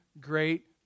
great